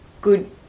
good